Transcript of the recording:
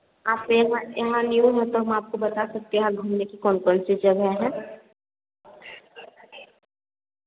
आप तो यहाँ यहाँ न्यू हैं तो हम आपको बता सकते हैं यहाँ घूमने की कौन कौन सी जगह है